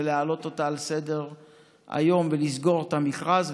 להעלות אותה על סדר-היום ולסגור את המכרז,